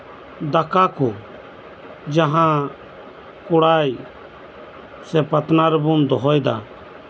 ᱫᱟᱠᱟ ᱠᱚ ᱡᱟᱦᱟᱸ ᱠᱚᱲᱟᱭ ᱥᱮ ᱯᱟᱛᱱᱟᱣ ᱨᱮᱵᱚᱱ ᱫᱚᱦᱚᱭ ᱮᱫᱟ